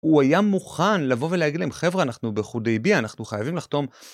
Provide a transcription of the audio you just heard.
הוא היה מוכן לבוא ולהגיד להם חברה, אנחנו בחודייביה, אנחנו חייבים לחתום.